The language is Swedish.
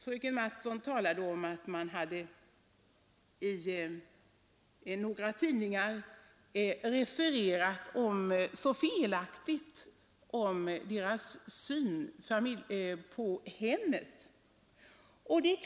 Fröken Mattson talade om att de socialdemokratiska kvinnornas syn på hemmet i några tidningar hade refererats så felaktigt.